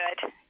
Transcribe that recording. good